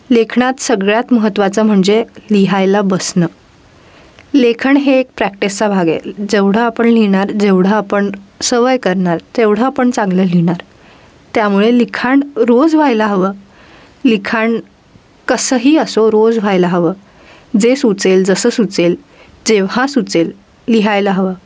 लेखनात सगळ्यात महत्त्वाचं म्हणजे लिहायला बसणं लेखन हे एक प्रॅक्टिसचा भाग आहे जेवढा आपण लिहिणार जेवढा आपण सवय करणार तेवढं आपण चांगलं लिहिणार त्यामुळे लिखाण रोज व्हायला हवं लिखाण कसंही असो रोज व्हायला हवं जे सुचेल जसं सुचेल जेव्हा सुचेल लिहायला हवं